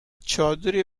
چادری